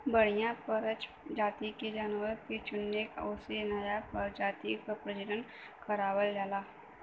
बढ़िया परजाति के जानवर के चुनके ओसे नया परजाति क प्रजनन करवावल जाला